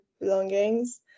belongings